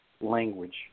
language